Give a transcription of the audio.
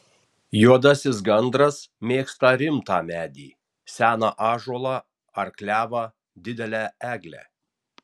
juodasis gandras mėgsta rimtą medį seną ąžuolą ar klevą didelę eglę